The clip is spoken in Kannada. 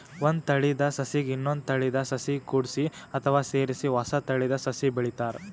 ಒಂದ್ ತಳೀದ ಸಸಿಗ್ ಇನ್ನೊಂದ್ ತಳೀದ ಸಸಿ ಕೂಡ್ಸಿ ಅಥವಾ ಸೇರಿಸಿ ಹೊಸ ತಳೀದ ಸಸಿ ಬೆಳಿತಾರ್